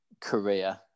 career